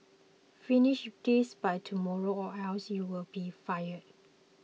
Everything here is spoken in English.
finish this by tomorrow or else you'll be fired